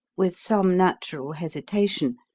with some natural hesitation,